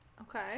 Okay